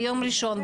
ביום ראשון,